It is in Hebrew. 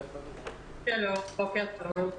שלום, בוקר טוב.